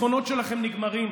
החסכונות שלכם נגמרים.